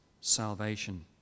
salvation